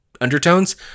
undertones